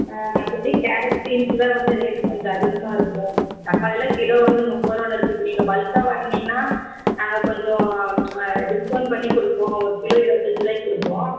மற்றபடி carrot beans தான் வந்து ரேட்டு கொஞ்சம் அதிகமாக இருக்கும் தக்காளி எல்லாம் கிலோ வந்து முப்பதுருவான்னு இருக்கு இப்போ நீங்கள் பல்க்காக வாங்குனிங்கன்னா நாங்கள் கொஞ்சம் டிஸ்கவுண்ட் பண்ணி கொடுப்போம் ஒரு கிலோ இருபத்தஞ்சு ரூவாய்க்கு கொடுப்போம்